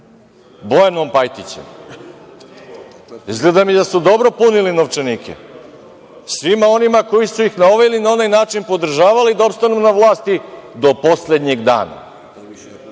Bojanom Pajtićem. Izgleda mi da su dobro punili novčanike svima onima koji su ih na ovaj ili onaj način podržavali da ostanu na vlasti do poslednjeg